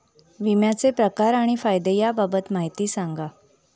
विम्याचे प्रकार आणि फायदे याबाबत माहिती सांगा